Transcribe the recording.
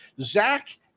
Zach